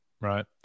Right